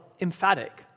emphatic